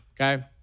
okay